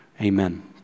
Amen